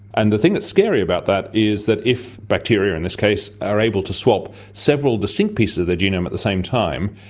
and the thing that's scary about that is that if bacteria in this case are able to swap several distinct pieces of their genome at the same time,